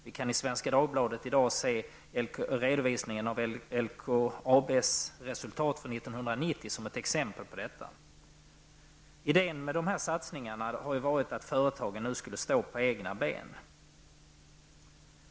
Vi kan i dag i Svenska Dagbladet se en redovisning av LKABs resultat för 1990 som ett exempel på detta. Idén med dessa satsningar har varit att företagen skulle stå på egna ben.